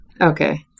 Okay